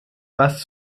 was